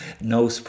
no